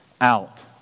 out